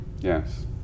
yes